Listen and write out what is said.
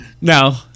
No